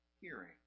hearing